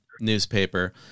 newspaper